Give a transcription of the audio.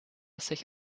sich